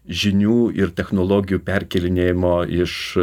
žinių ir technologijų perkėlinėjimo iš